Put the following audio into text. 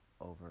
over